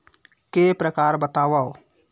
के प्रकार बतावव?